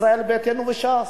ישראל ביתנו וש"ס.